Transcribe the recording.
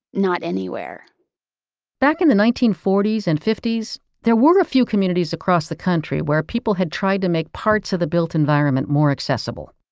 not anywhere back in the nineteen forty s and fifty s, there were a few communities across the country where people had tried to make parts of the built environment more accessible.